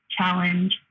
Challenge